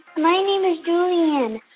my name is julianne.